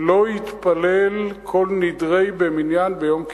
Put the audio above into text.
ולא יתפלל "כל נדרי" במניין ביום הכיפורים,